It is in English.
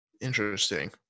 interesting